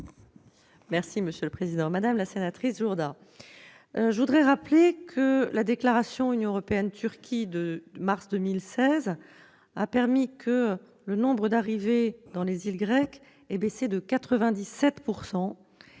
est à Mme la ministre. Madame la sénatrice Gisèle Jourda, je voudrais rappeler que la déclaration Union européenne-Turquie de mars 2016 a permis que le nombre d'arrivées dans les îles grecques baisse de 97